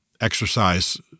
exercise